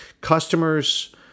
Customers